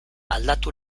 aldatu